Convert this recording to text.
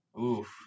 Oof